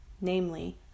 namely